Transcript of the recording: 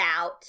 out